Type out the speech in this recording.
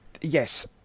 yes